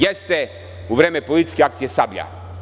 Jeste, u vreme policijske akcije „Sablja“